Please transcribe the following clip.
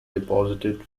deposited